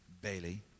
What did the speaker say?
Bailey